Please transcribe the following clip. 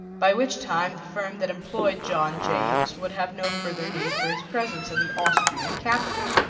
by which time the firm that employed john james would have no further need for his presence in the austrian capital.